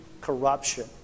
corruption